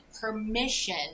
permission